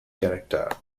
character